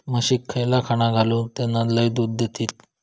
म्हशीक खयला खाणा घालू ज्याना लय दूध देतीत?